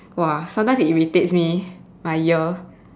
[wah] sometimes it irritates me my ear